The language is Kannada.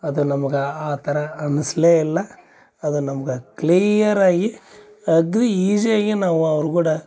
ಅದು ನಮ್ಗೆ ಆ ಥರ ಅನ್ನಿಸ್ಲೇ ಇಲ್ಲ ಅದು ನಮ್ಗೆ ಕ್ಲೀಯರ್ ಆಗಿ ಅಗದಿ ಈಝಿಯಾಗಿ ನಾವು ಅವ್ರ ಕೂಡ